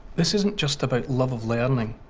this isn't just about love of learning.